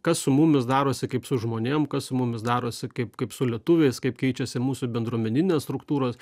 kas su mumis darosi kaip su žmonėm kas su mumis darosi kaip kaip su lietuviais kaip keičiasi mūsų bendruomeninės struktūros